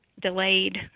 delayed